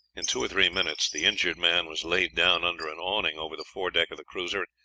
in two or three minutes the injured man was laid down under an awning over the fore deck of the cruiser,